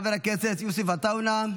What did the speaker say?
חבר הכנסת יוסף עטאונה,